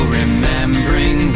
remembering